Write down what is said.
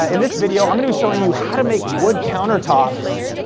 ah in this video i'm gonna be showing you how to make wood countertops,